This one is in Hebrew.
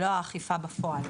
ולא ב-"אכיפה בפועל".